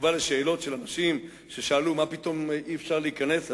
בתגובה על שאלות של אנשים ששאלו מה פתאום אי-אפשר להיכנס: